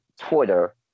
Twitter